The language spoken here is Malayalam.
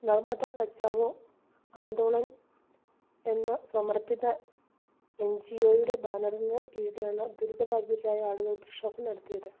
നർമ്മദാ ബച്ചാവോ ആന്ദോളൻ എന്ന സമർപ്പിത എൻ ജി ഒയുടെ ബാനറിന് കീഴിലാണ് ദുരിതബാധിതരായ ആളുകൾ പ്രക്ഷോഭം നടത്തിയത്